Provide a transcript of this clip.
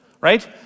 right